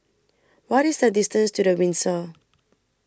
What IS The distance to The Windsor